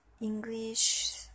English